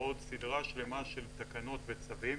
ועוד סדרה שלמה של תקנות וצווים